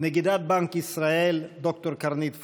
נגידת בנק ישראל ד"ר קרנית פלוג,